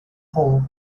hull